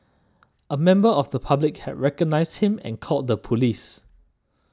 a member of the public had recognised him and called the police